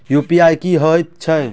UPI की हएत छई?